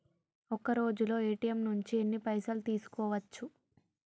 ఒక్కరోజులో ఏ.టి.ఎమ్ నుంచి ఎన్ని పైసలు తీసుకోవచ్చు?